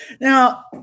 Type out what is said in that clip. Now